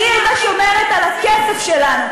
כי היא הייתה שומרת על הכסף שלנו,